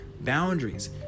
boundaries